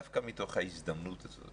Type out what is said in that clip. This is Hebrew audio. דווקא מתוך ההזדמנות הזאת,